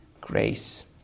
grace